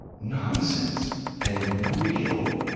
nonsense and real,